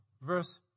verse